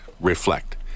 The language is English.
reflect